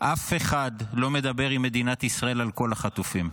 אף אחד לא מדבר עם מדינת ישראל על כל החטופים.